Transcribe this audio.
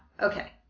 okay